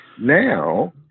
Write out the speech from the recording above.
Now